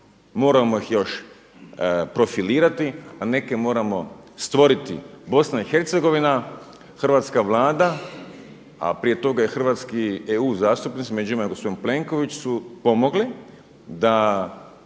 moramo ih još profilirati, a neke moramo stvoriti. BiH, hrvatska Vlada, a prije toga EU zastupnici i među njima gospodin Plenković su pomogli da